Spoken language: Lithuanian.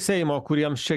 seimo kuriems čia